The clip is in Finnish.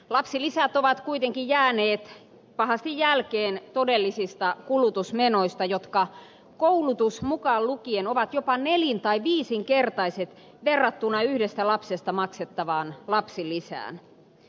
lapsilisät ovat kuitenkin jääneet pahasti jälkeen todellisista kulutusmenoista jotka koulutus mukaan lukien ovat jopa nelin tai viisinkertaiset verrattuna yhdestä lapsesta maksettavaan lapsilisään